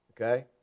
okay